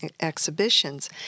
exhibitions